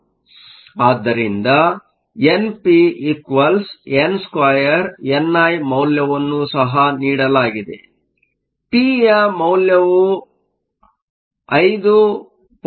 ಆದ್ದರಿಂದ np n2ni ಮೌಲ್ಯವನ್ನು ಸಹ ನೀಡಲಾಗಿದೆ ಪಿ ಯ ಮೌಲ್ಯವು 5